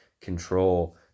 control